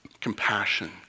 Compassion